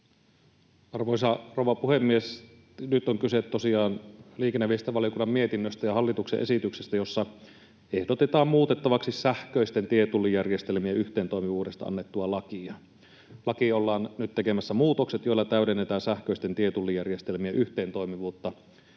Arvoisa rouva puhemies! Nyt on kyse tosiaan liikenne- ja viestintävaliokunnan mietinnöstä ja hallituksen esityksestä, jossa ehdotetaan muutettavaksi sähköisten tietullijärjestelmien yhteentoimivuudesta annettua lakia. Lakiin ollaan nyt tekemässä muutokset, joilla täydennetään sähköisten tietullijärjestelmien yhteentoimivuutta